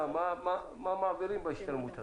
מה מעבירים בהשתלמות הזאת.